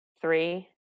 Three